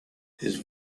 his